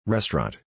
Restaurant